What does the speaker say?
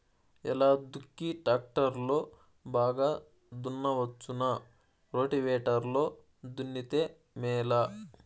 ఎలా దుక్కి టాక్టర్ లో బాగా దున్నవచ్చునా రోటివేటర్ లో దున్నితే మేలా?